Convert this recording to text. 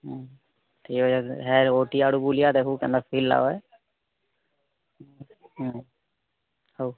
ହୁଁ ଠିକ୍ ଅଛି ହେ ଓଟି ଆଡ଼ୁ ବୁଲି ଆ ଦେଖିବୁ କେନ୍ତା ଫିଲ୍ ଲାଗ୍ବା ହେ ହୁଁ ହଉ